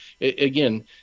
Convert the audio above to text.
Again